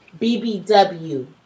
BBW